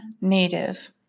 native